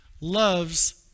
loves